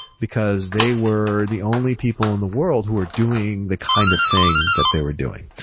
because they were the only people in the world who are doing the kind of thing that they were doing.